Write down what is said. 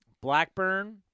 Blackburn